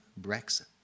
Brexit